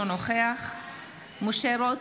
אינו נוכח משה רוט,